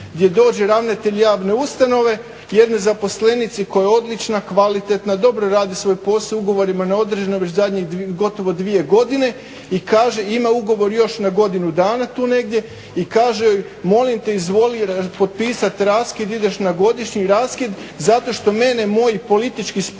gdje dođe ravnatelj javne ustanove jednoj zaposlenici koja je odlična, kvalitetna, dobro radi svoj posao ugovorima na određeno već zadnjih gotovo dvije godine i kaže, ima ugovor još na godinu dana tu negdje i kaže joj molim te izvoli potpisat raskid, ideš na godišnji raskid zato što mene moji politički sponzori